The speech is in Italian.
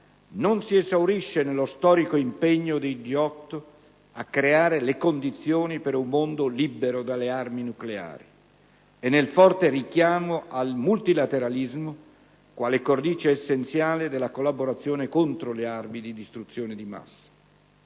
non si esaurisce nello storico impegno dei G8 a creare le condizioni per un mondo libero dalle armi nucleari e nel forte richiamo al multilateralismo, quale cornice essenziale della collaborazione contro le armi di distruzione di massa.